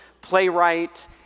playwright